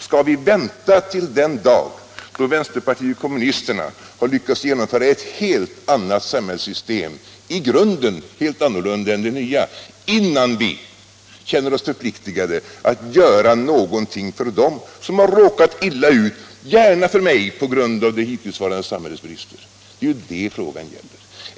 Skall vi vänta till den dag då vänsterpartiet kommunisterna lyckats genomföra &tt helt annat samhällssystem, ett i grunden helt annat än det gamla, innan vi känner oss förpliktade att göra någonting för dem som har råkat illa ut, gärna för mig på grund av det hittillsvarande samhällets brister? Det är det frågan gäller.